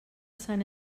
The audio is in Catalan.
sant